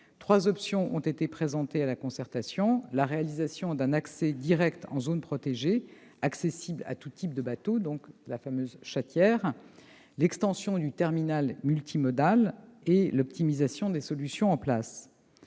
Trois options ont été présentées à la concertation : la réalisation d'un accès direct en zone protégée accessible à tout type de bateau- la fameuse chatière -, l'extension du terminal multimodal et l'optimisation des solutions en place.